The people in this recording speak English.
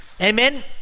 Amen